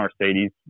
mercedes